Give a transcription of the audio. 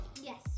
Yes